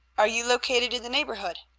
are you located in the neighborhood?